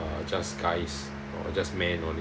uh just guys or just men only